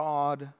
God